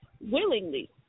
willingly